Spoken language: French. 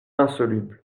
insolubles